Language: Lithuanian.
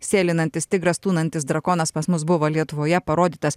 sėlinantis tigras tūnantis drakonas pas mus buvo lietuvoje parodytas